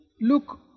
look